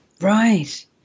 Right